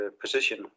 position